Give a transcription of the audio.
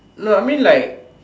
no I mean like